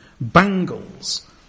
bangles